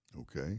Okay